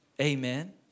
Amen